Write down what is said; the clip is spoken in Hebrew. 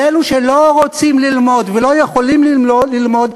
אבל לאלה שלא רוצים ללמוד ולא יכולים ללמוד,